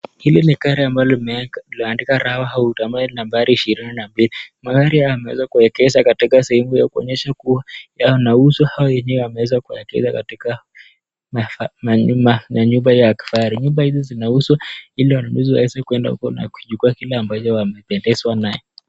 Hili ni gari ambalo limeandika RAWA AUTO nambari 22. Magari yameweza kuwekwa katika sehemu ya kuonyesha kuwa yanauzwa hayo yenyewe yameweza kuwekwa katika manyumba na nyumba ya akfari. Nyumba hizo zinahusu ili wanunuzi waweze kwenda huko na kujichukulia kile ambacho wamependezwa nae.